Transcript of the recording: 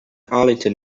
arlington